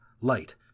light